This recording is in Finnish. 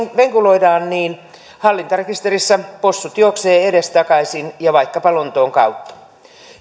venkuloidaan niin hallintarekisterissä possut juoksevat edestakaisin ja vaikkapa lontoon kautta